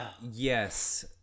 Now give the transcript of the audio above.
yes